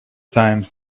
times